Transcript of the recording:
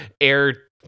air